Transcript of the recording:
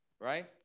Right